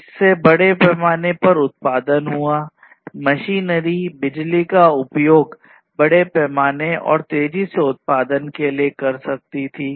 इससे बड़े पैमाने पर उत्पादन हुआ मशीनरी बिजली का उपयोग बड़े पैमाने और तेजी से उत्पादन के लिए कर सकती थी